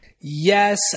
Yes